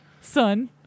Son